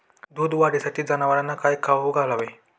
दूध वाढीसाठी जनावरांना काय खाऊ घालावे?